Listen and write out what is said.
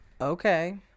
Okay